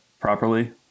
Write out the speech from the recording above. properly